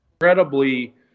incredibly